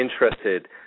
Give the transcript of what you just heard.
interested